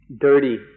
dirty